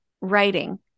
writing